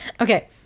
Okay